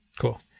cool